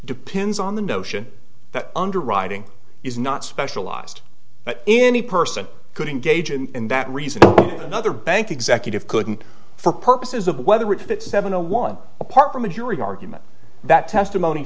depends on the notion that underwriting is not specialized in any person could engage in that reason another bank executive couldn't for purposes of whether it's seven a one apart from a jury argument that testimony